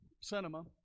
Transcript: cinema